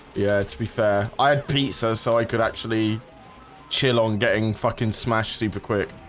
yeah to be fair i had pieces so i could actually chill on getting fucking smashed super quick.